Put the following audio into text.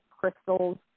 crystals